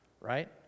right